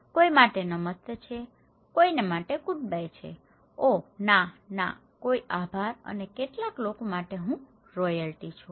કોઈ માટે નમસ્તે છે કોઈને માટે ગુડબાય છે ઓહ ના ના કોઈ આભાર અને કેટલાક લોકો માટે હું રોયલ્ટી છું